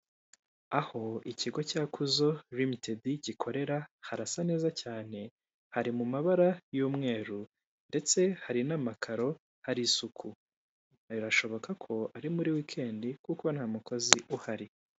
aho icyigo cya kuzo rimitedi gikorera harasa neza cyane hari mumabara y'umweru, ndetse hari n'amakaro hari isuku birashoboka ko ari muri wikendi kuko ntamukozi uhari.